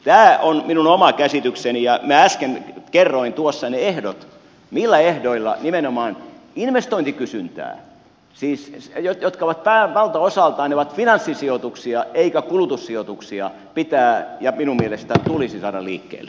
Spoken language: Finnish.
tämä on minun oma käsitykseni ja minä äsken kerroin millä ehdoilla nimenomaan investointikysyntää siis jotka valtaosaltaan ovat finanssisijoituksia eivätkä kulutussijoituksia pitää minun mielestäni saada liikkeelle